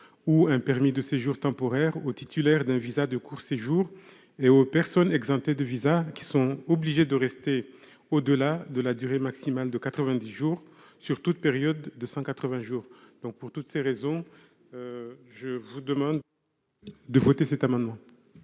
ou un permis de séjour temporaire aux titulaires d'un visa de court séjour et aux personnes exemptées de visa qui sont obligés de rester au-delà de la durée maximale de 90 jours sur toute période de 180 jours. Quel est l'avis de la commission ? Ces deux amendements